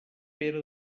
pere